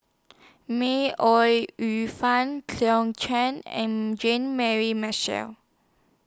May Ooi Yu Fen Cleo Chang and Jean Mary Marshall